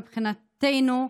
מבחינתנו,